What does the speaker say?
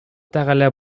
тәгалә